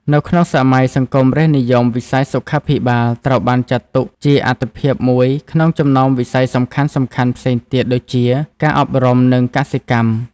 នៅក្នុងសម័យសង្គមរាស្រ្តនិយម វិស័យសុខាភិបាលត្រូវបានចាត់ទុកជាអាទិភាពមួយក្នុងចំណោមវិស័យសំខាន់ៗផ្សេងទៀតដូចជា ការអប់រំ និងកសិកម្ម។